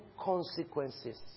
consequences